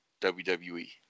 WWE